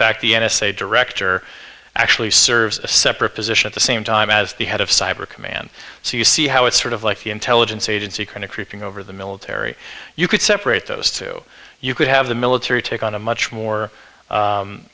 fact the n s a director actually serves a separate position at the same time as the head of cyber command so you see how it's sort of like the intelligence agency kind of creeping over the military you could separate those two you could have the military take on a much